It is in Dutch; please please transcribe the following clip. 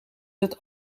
het